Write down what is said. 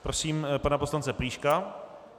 Prosím pana poslance Plíška.